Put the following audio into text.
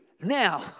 now